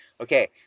Okay